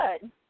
good